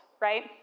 right